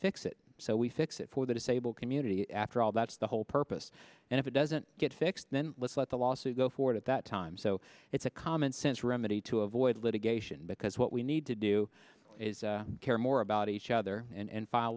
fix it so we fix it for the disabled community after all that's the whole purpose and if it doesn't get fixed then let's let the lawsuit go forward at that time so it's a commonsense remedy to avoid litigation because what we need to do is care more about each other and